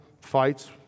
fights